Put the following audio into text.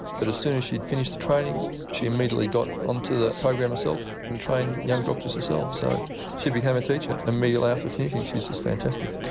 but as soon as she finished the training she immediately got onto the program herself and trained young doctors herself. so she became a teacher immediately after finishing. she was just fantastic.